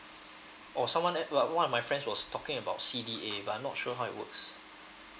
or someone add uh one of my friends was talking about C_D_A but I'm not sure how it works